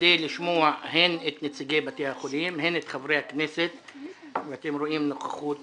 כדי לשמוע את נציגי בתי החולים ואת חברי הכנסת ואתם רואים נוכחות